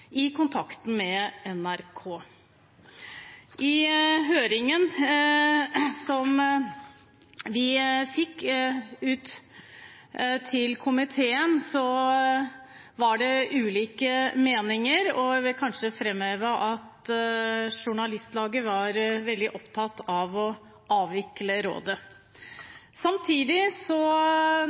med NRK. I høringen til komiteen var det ulike meninger. Jeg vil kanskje framheve at Norsk Journalistlag var veldig opptatt av å avvikle rådet. Samtidig